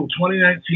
2019